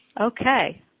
Okay